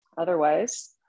otherwise